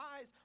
eyes